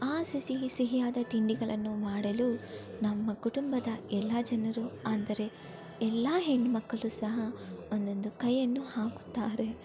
ಆ ಸಿಹಿ ಸಿಹಿಯಾದ ತಿಂಡಿಗಳನ್ನು ಮಾಡಲು ನಮ್ಮ ಕುಟುಂಬದ ಎಲ್ಲ ಜನರು ಅಂದರೆ ಎಲ್ಲ ಹೆಣ್ಣು ಮಕ್ಕಳು ಸಹ ಒಂದೊಂದು ಕೈಯನ್ನು ಹಾಕುತ್ತಾರೆ